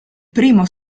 primo